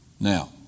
Now